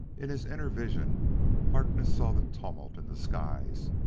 in his inner vision harkness saw the tumult in the skies,